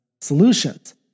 solutions